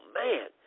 man